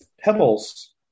Pebbles